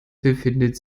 befindet